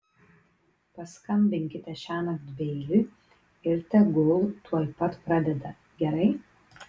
paskambinkite šiąnakt beiliui ir tegul tuoj pat pradeda gerai